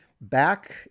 Back